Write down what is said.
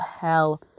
hell